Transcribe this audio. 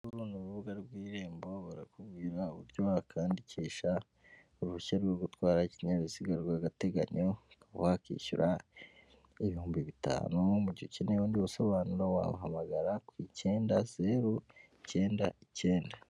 Uru ni rubuga rw'irembo barakubwira uburyo wakandikisha uruhushya rwo gutwara ikinyabiziga rw'agateganyo, ukaba wakishyura ibihumbi bitanu muguhe ukeneye ubundi busobanuro wahamagara ku icyenda zeru icyenda icyenda.